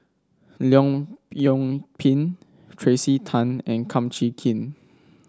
Leong Yoon Pin Tracey Tan and Kum Chee Kin